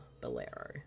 Bolero